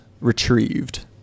retrieved